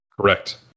Correct